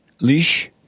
leash